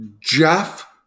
Jeff